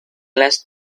less